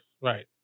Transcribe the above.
Right